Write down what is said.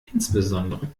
insbesondere